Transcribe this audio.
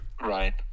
Right